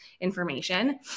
information